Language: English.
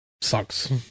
sucks